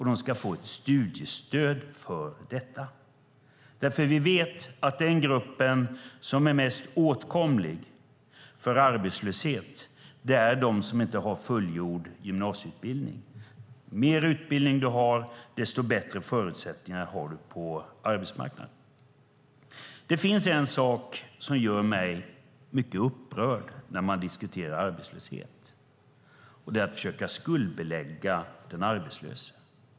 De ska få studiestöd för detta. Vi vet att den grupp som är mest åtkomlig för arbetslöshet är de som inte har fullgjord gymnasieutbildning. Ju mer utbildning man har, desto bättre förutsättningar har man på arbetsmarknaden. Det finns en sak som gör mig mycket upprörd i diskussioner om arbetslöshet: när man försöker skuldbelägga den arbetslösa.